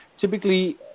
Typically